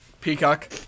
Peacock